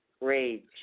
rage